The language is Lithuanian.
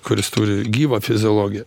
kuris turi gyvą fiziologiją